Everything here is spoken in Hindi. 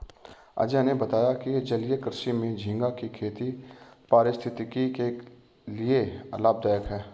अजय ने बताया कि जलीय कृषि में झींगा की खेती पारिस्थितिकी के लिए लाभदायक है